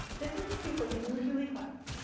this is where people usually clap.